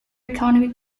economic